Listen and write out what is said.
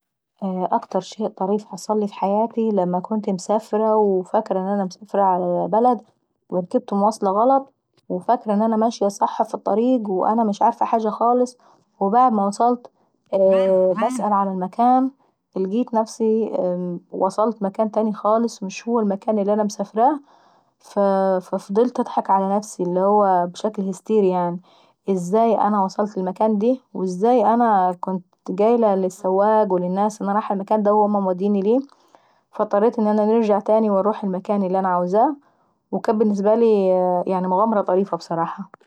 اكتر شيء طري حصلي في حياتي لما كنت مسافرة وفاكرة ان انا مسافرة على بلد وركبت مواصلة غلط، وفاكرة انا ماشية صح في الطريق واانا مش عارفة حاجة خالص، وبعد ما وصلت باسال على المكان القيت نفسي وصلت مكان تاي خالص مش هو المكان اللي انا مسافراه، ففضلت نضحك على نفسي اللي هو بشكل هيستيري يعناي، ازاي انا وصلت للمكان دي وازاي انا كنت قايلة للوساق والناس انا رايحة المكان دي، وهما موديني ليه فاضطرت ان انا نرجع تاني ونروح المكان الي انا عايزاه وكان بالنسبة لي مغامرة طريفة ابصراحة.